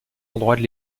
endroits